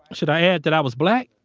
should i add that i was black?